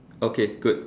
okay good